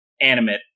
animate